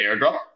airdrop